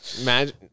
Imagine